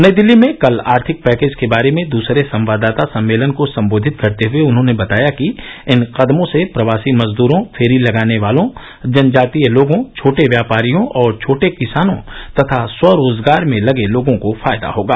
नई दिल्ली में कल आर्थिक पैकेज के बारे में दूसरे संवाददाता सम्मेलन को संबोधित करते हुए उन्होंने बताया कि इन कदमों से प्रवासी मजदूरों फेरी लगाने वालों जनजातीय लोगों छोटे व्यापारियों और छोटे किसानों तथा स्व रोजगार में लगे लोगों को फायदा होगा